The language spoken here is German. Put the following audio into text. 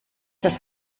das